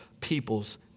peoples